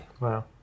Wow